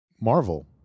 Marvel